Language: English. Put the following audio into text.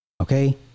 Okay